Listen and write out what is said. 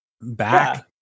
back